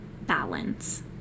balance